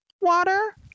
water